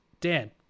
Dan